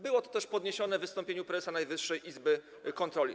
Było to też poruszone w wystąpieniu prezesa Najwyższej Izby Kontroli.